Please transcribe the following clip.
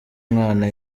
mwana